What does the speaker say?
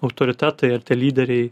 autoritetai ar tie lyderiai